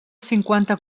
cinquanta